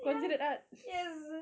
ya yes